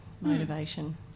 motivation